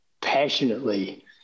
passionately